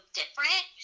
different